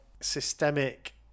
systemic